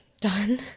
done